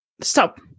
Stop